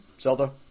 Zelda